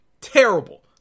Terrible